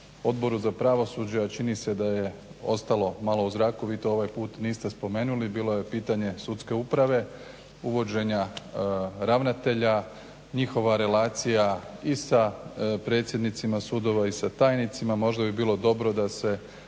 Odboru za pravosuđe, a čini se da je ostalo malo u zraku. Vi to ovaj put niste spomenuli. Bilo je pitanje sudske uprave, uvođenja ravnatelja, njihova relacija i sa predsjednicima sudova i sa tajnicima. Možda bi bilo dobro da se